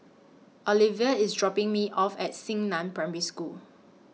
Oliva IS dropping Me off At Xingnan Primary School